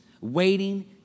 waiting